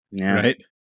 Right